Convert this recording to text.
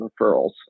referrals